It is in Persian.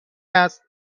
است